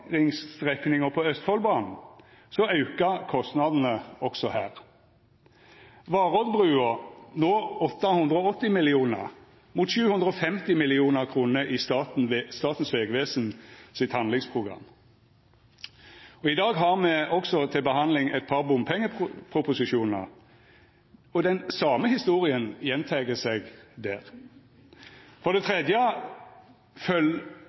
erfaringsstrekninga på Østfoldbanen, aukar kostnadene også her. Varoddbrua er no på 880 mill. kr, mot 750 mill. kr i Statens vegvesen sitt handlingsprogram. I dag har me også til behandling eit par bompengeproposisjonar, og den same historia gjentek seg der. For det